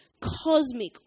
cosmic